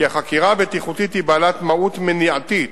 כי החקירה הבטיחותית היא בעלת מהות מניעתית,